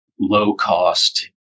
low-cost